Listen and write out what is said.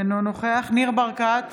אינו נוכח ניר ברקת,